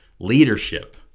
leadership